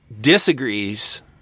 disagrees